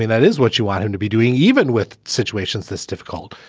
that is what you want him to be doing. even with situations that's difficult.